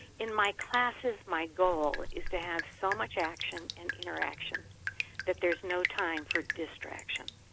in my classes, my goal is to have so much action and interaction that there's no time for distraction.